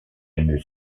une